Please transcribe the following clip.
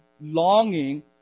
longing